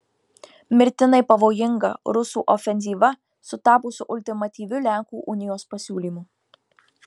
mirtinai pavojinga rusų ofenzyva sutapo su ultimatyviu lenkų unijos pasiūlymu